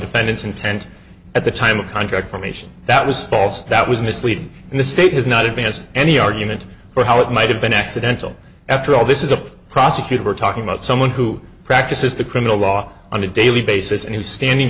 defendant's intent at the time of contract formation that was false that was misleading and the state has not advanced any argument for how it might have been accidental after all this is a prosecutor we're talking about someone who practices the criminal law on a daily basis and who's standing